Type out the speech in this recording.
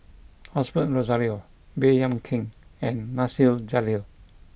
Osbert Rozario Baey Yam Keng and Nasir Jalil